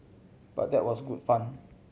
but that was good fun